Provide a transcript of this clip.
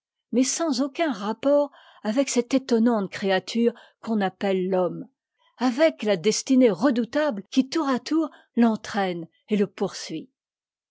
mais sans aucun rapport avec cette étonnante créature qu'on appelle l'homme avec la destinée redoutable qui tour à tour t'entraîne et le poursuit